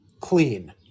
Clean